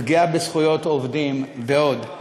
לפגיעה בזכויות עובדים ועוד.